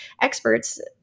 experts